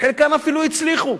וחלקן אפילו הצליחו.